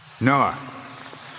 Noah